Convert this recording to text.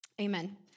Amen